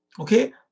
Okay